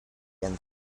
and